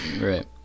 right